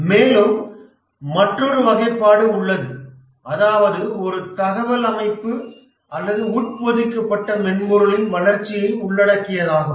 மேலும் மற்றொரு வகைப்பாடு உள்ளது அதாவது ஒரு தகவல் அமைப்பு அல்லது உட்பொதிக்கப்பட்ட மென்பொருளின் வளர்ச்சியை உள்ளடக்கியதாகும்